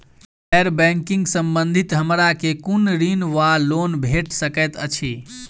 गैर बैंकिंग संबंधित हमरा केँ कुन ऋण वा लोन भेट सकैत अछि?